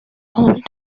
old